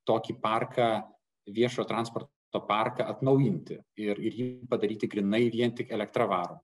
tokį parką viešo transporto parką atnaujinti ir jį padaryti grynai vien tik elektra varomą